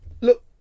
look